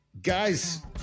Guys